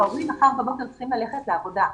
ההורים מחר בבוקר צריכים ללכת לעבודה.